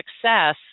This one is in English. success